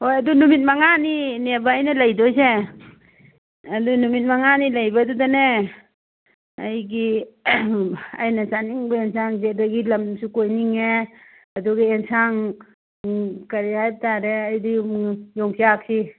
ꯍꯣꯏ ꯑꯗꯨ ꯅꯨꯃꯤꯠ ꯃꯉꯥꯅꯤꯅꯦꯕ ꯑꯩꯅ ꯂꯩꯗꯣꯏꯁꯦ ꯑꯗꯨ ꯅꯨꯃꯤꯠ ꯃꯉꯥꯅꯤ ꯂꯩꯕꯗꯨꯗꯅꯦ ꯑꯩꯒꯤ ꯑꯩꯅ ꯆꯥꯅꯤꯡꯕ ꯑꯦꯟꯁꯥꯡꯁꯦ ꯑꯗꯒꯤ ꯂꯝꯁꯨ ꯀꯣꯏꯅꯤꯡꯉꯦ ꯑꯗꯨꯒ ꯑꯦꯟꯁꯥꯡ ꯀꯔꯤ ꯍꯥꯏꯕ ꯇꯥꯔꯦ ꯑꯩꯗꯤ ꯌꯣꯡꯆꯥꯛꯁꯤ